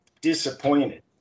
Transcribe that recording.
disappointed